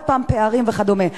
עוד פעם פערים וכדומה.